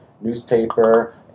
newspaper